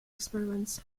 experiments